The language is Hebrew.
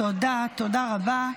תודה רבה.